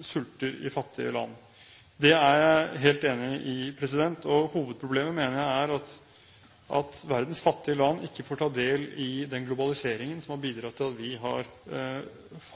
sulter i fattige land. Det er jeg helt enig i. Hovedproblemet mener jeg er at verdens fattige land ikke får ta del i den globaliseringen som har bidratt til at vi har